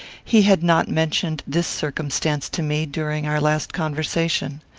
he had not mentioned this circumstance to me, during our last conversation.